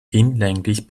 hinlänglich